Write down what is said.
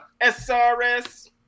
SRS